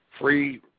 Free